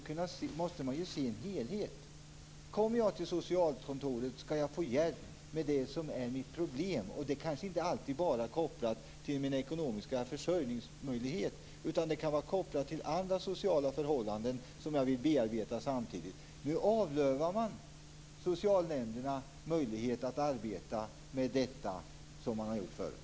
Man måste se detta i en helhet. Kommer jag till socialkontoret skall jag få hjälp med det som är mitt problem, och det är kanske inte alltid kopplat till mina ekonomiska försörjningsmöjligheter utan kan vara kopplat till andra sociala förhållanden som jag samtidigt vill bearbeta. Nu avlövar man socialnämnderna när det gäller möjligheterna att arbeta med detta på det sätt som de tidigare har gjort.